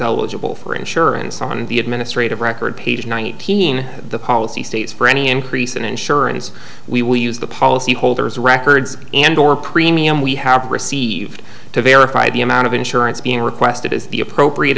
eligible for insurance on the administrative record page nineteen the policy states for any increase in insurance we will use the policyholders records and or premium we have received to verify the amount of insurance being requested is the appropriate